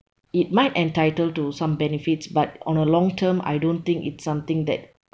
it might entitle to some benefits but on the long term I don't think it's something that